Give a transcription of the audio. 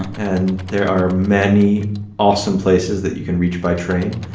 and there are many awesome places that you can reach by train.